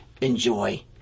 enjoy